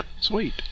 Sweet